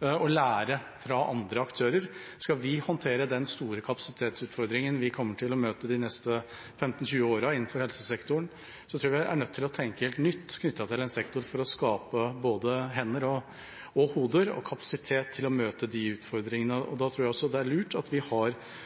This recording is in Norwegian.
og å lære fra andre aktører. Skal vi håndtere den store kapasitetsutfordringen vi kommer til å møte innenfor helsesektoren de neste 15–20 årene, tror jeg vi er nødt til å tenke helt nytt for å skape både hender og hoder og kapasitet til å møte den utfordringen. Da tror jeg også det er lurt at vi har